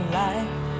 life